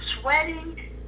sweating